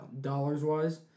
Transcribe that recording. Dollars-wise